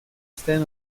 usted